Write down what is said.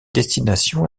destinations